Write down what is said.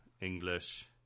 English